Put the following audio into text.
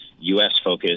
U.S.-focused